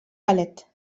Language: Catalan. galet